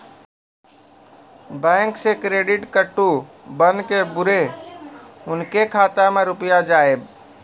Bank से credit card बन के बुरे उनके खाता मे रुपिया जाएब?